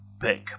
pick